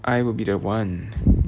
I will be the one